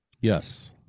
Yes